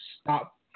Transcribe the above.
stop